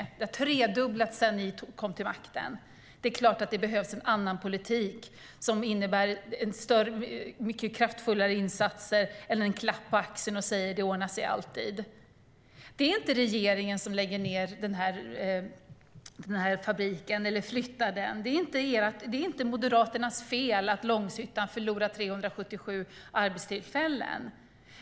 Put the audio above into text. Antalet har tredubblats sedan ni kom till makten. Det är klart att det behövs en annan politik, som innebär mycket kraftfullare insatser än en klapp på axeln och "det ordnar sig alltid". Det är inte regeringen som lägger ned eller flyttar den här fabriken. Det är inte Moderaternas fel att Långshyttan förlorar 177 arbetstillfällen.